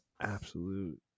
absolute